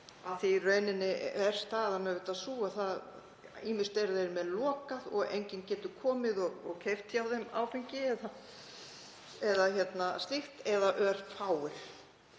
Í rauninni er staðan sú að ýmist eru þeir með lokað og enginn getur komið og keypt hjá þeim áfengi eða slíkt eða örfáir.